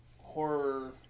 horror